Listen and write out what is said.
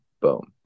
boom